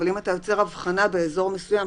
אבל אם אתה יוצר הבחנה באזור מסוים,